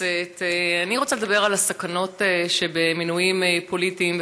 רוצה לדבר על הסכנות שבמינויים פוליטיים.